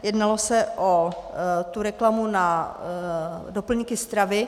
Jednalo se o reklamu na doplňky stravy.